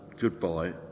goodbye